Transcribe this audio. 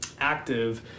active